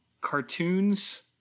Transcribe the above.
cartoons